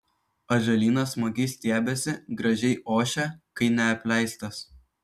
atžalynas smagiai stiebiasi gražiai ošia kai neapleistas